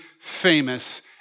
famous